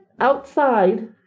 outside